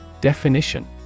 Definition